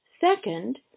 Second